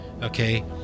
Okay